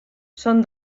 són